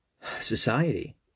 society